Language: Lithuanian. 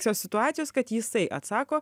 šios situacijos kad jisai atsako